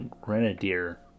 Grenadier